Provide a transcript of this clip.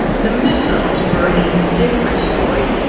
the missiles were a different story.